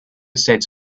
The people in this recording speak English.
states